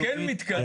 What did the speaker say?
אני כן אופטימי,